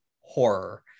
horror